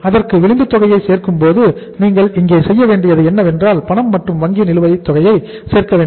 அதற்கான விளிம்பு தொகையை சேர்க்கும்போது நீங்கள் இங்கே செய்ய வேண்டியது என்னவென்றால் பணம் மற்றும் வங்கி நிலுவைத் தொகையை சேர்க்க வேண்டும்